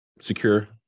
secure